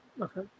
Okay